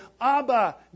Abba